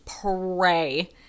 pray